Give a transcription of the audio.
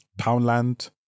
Poundland